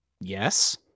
yes